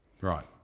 Right